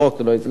לא הצלחתי,